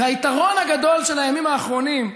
והיתרון הגדול של הימים האחרונים,